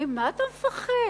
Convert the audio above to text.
ממה אתה מפחד?